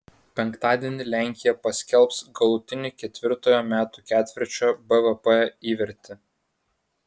penktadienį lenkija paskelbs galutinį ketvirtojo metų ketvirčio bvp įvertį